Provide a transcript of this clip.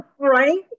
right